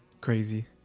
crazy